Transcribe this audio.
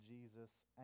Jesus